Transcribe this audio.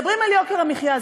מדברים על יוקר המחיה.